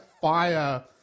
fire